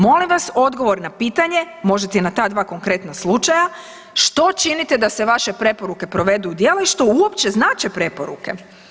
Molim vas odgovor na pitanje, možete i na ta dva konkretna slučaja što činite da se vaše preporuke provedu u djelo i što uopće znače preporuke.